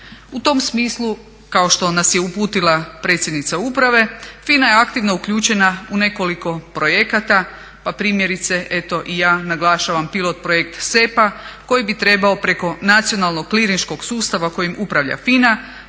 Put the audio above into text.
U tom smislu kao što nas je uputila predsjednica uprave FINA je aktivno uključena u nekoliko projekata. Pa primjerice eto i ja naglašavam pilot projekt SEPA koji bi trebao preko nacionalnog klirinški sustava kojim upravlja FINA